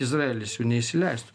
izraelis jų neįsileistų